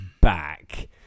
back